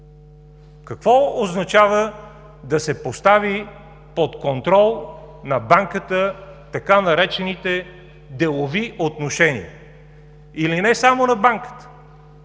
Какво означава да се поставят под контрол на банката така наречените „делови отношения“? Или не само на банката.